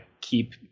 keep